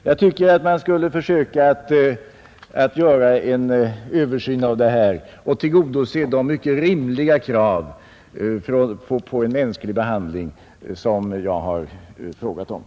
Jag tycker att man skulle göra en översyn av nu gällande ordning och försöka tillgodose de mycket rimliga krav på mänsklig behandling som jag här har talat för.